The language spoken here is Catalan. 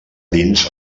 dins